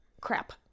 crap